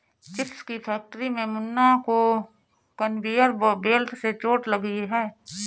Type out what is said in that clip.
chips की factory में मुन्ना को कन्वेयर बेल्ट से चोट लगी है